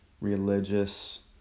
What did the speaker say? religious